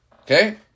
Okay